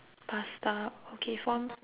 pasta okay for